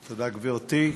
תודה, גברתי.